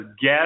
guess